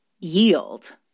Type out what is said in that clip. yield